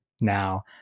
now